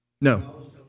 No